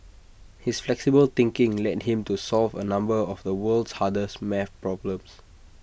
his flexible thinking led him to solve A number of the world's hardest maths problems